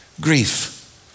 grief